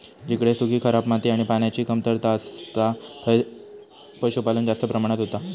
जिकडे सुखी, खराब माती आणि पान्याची कमतरता असता थंय पशुपालन जास्त प्रमाणात होता